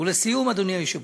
ולסיום, אדוני היושב-ראש,